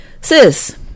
sis